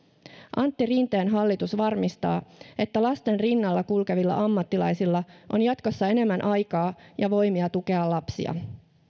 antti rinteen hallitus varmistaa että lasten rinnalla kulkevilla ammattilaisilla on jatkossa enemmän aikaa ja voimia tukea lapsia